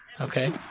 Okay